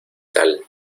tal